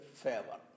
favor